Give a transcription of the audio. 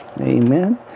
Amen